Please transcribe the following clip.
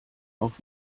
auch